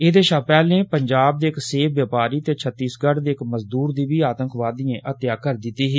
एह्दे शा पैहले पंजाब दे इक सेब बपारी ते छत्तीसगढ़ दे इक मजदूर दी बी आतंकवादिएं हत्या करी दित्ती ही